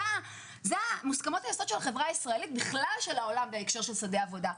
אלה מוסכמות היסוד של החברה הישראלית ובכלל של העולם בהקשר של העבודה.